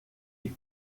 die